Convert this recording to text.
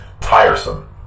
tiresome